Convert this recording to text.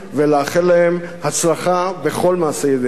ולאחל להם הצלחה בכל מעשי ידיהם.